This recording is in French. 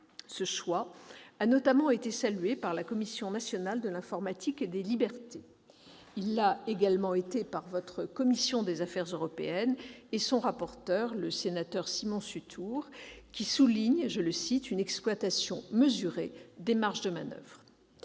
Ce choix a notamment été salué par la Commission nationale de l'informatique et des libertés. Il l'a également été par votre commission des affaires européennes et par son rapporteur, M. Simon Sutour, qui souligne une exploitation « mesurée » des marges de manoeuvre.